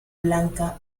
blanca